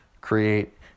create